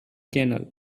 canal